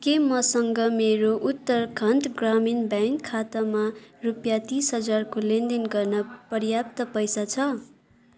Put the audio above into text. के मसँग मेरो उत्तरखण्ड ग्रामीण ब्याङ्क खातामा रुपियाँ तिस हजारको लेनदेन गर्न पर्याप्त पैसा छ